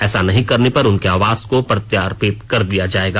ऐसा नहीं करने पर उनके आवास को प्रत्यार्पित कर दिया जायेगा